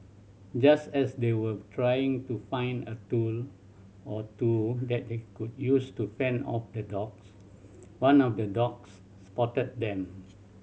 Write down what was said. just as they were trying to find a tool or two that they could use to fend off the dogs one of the dogs spotted them